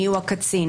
מיהו הקצין,